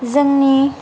जोंनि